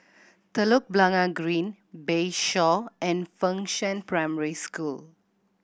Telok Blangah Green Bayshore and Fengshan Primary School